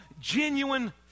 genuine